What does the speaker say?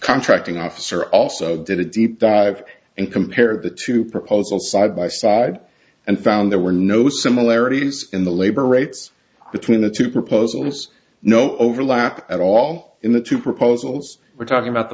contracting officer also did a deep dive and compare the two proposals side by side and found there were no similarities in the labor rates between the two proposals no overlap at all in the two proposals we're talking about the